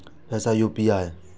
पैसा यू.पी.आई?